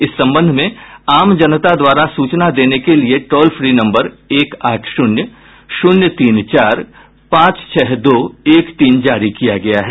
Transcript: इस संबंध में आम जनता द्वारा सूचना देने के लिये टोल फ्री नम्बर एक आठ शून्य शून्य तीन चार पांच छह दो एक तीन जारी किया गया है